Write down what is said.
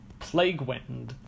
Plaguewind